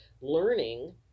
learning